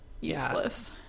useless